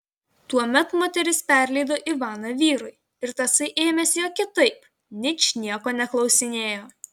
tuomet moteris perleido ivaną vyrui ir tasai ėmėsi jo kitaip ničnieko neklausinėjo